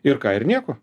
ir ką ir nieko